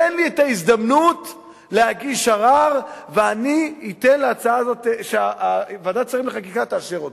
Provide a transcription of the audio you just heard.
תן לי את ההזדמנות להגיש ערר ואני אתן שוועדת שרים לחקיקה תאשר אותה.